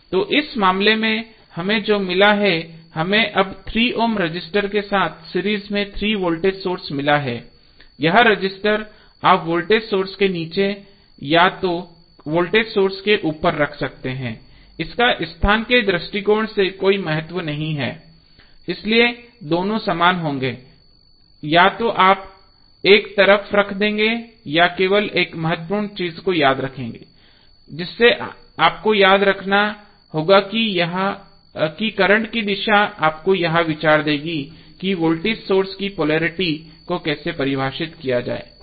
तो इस मामले में हमें जो मिला है हमें अब 3 ओम रजिस्टर के साथ सीरीज में 3 वोल्टेज सोर्स मिला है यह रजिस्टर आप वोल्टेज सोर्स के नीचे या तो वोल्टेज सोर्स के ऊपर रख सकते हैं इसका स्थान के दृष्टिकोण से कोई महत्व नहीं है इसलिए दोनों समान होंगे या तो आप एक तरफ रख देंगे या केवल एक महत्वपूर्ण चीज को याद रखेंगे जिससे आपको याद रखना होगा कि करंट की दिशा आपको यह विचार देगी कि वोल्टेज सोर्स की पोलेरिटी को कैसे परिभाषित किया जाएगा